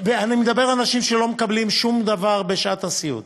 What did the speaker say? אני מדבר על אנשים שלא מקבלים שום דבר בשעת הסיעוד,